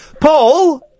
Paul